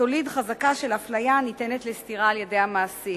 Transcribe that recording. תוליד חזקה של אפליה הניתנת לסתירה על-ידי המעסיק.